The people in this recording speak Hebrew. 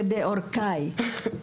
זה בעורקיי.